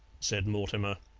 said mortimer.